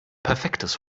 perfektes